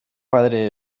padre